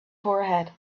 forehead